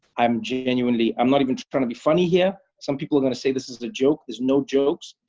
i am genuinely i'm not even trying to be funny here. some people are gonna say this is a joke. there's no jokes.